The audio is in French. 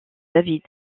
david